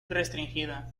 restringida